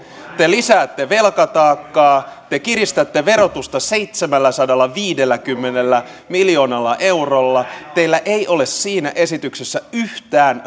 te lisäätte velkataakkaa te kiristätte verotusta seitsemälläsadallaviidelläkymmenellä miljoonalla eurolla teillä ei ole siinä esityksessä yhtään